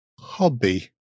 hobby